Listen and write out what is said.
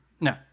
No